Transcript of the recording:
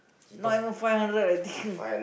not even five hundred I think